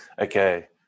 okay